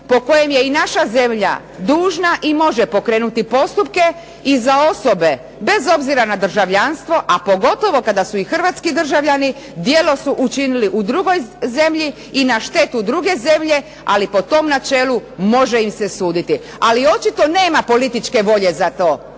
po kojem je i naša zemlja dužna i može pokrenuti postupke i za osobe bez obzira na državljanstvo a pogotovo kada su i hrvatski državljani djelo su učinili u drugoj zemlji i na štetu druge zemlje ali po tom načelu može im se suditi. Ali očito nema političke volje za to.